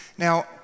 Now